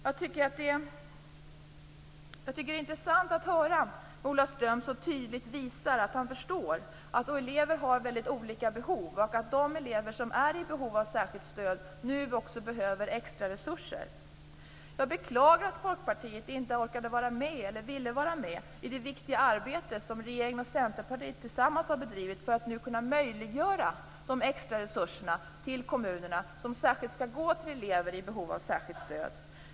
Jag tycker att det är intressant att höra att Ola Ström så tydligt visar att han förstår att elever har väldigt olika behov och att de elever som är i behov av särskilt stöd nu också behöver extra resurser. Jag beklagar att Folkpartiet inte orkat vara med, eller velat vara med, i det viktiga arbete som regeringen och Centerpartiet har bedrivit för att möjliggöra de extra resurser till kommunerna som nu särskilt skall gå till elever i behov av särskilt stöd.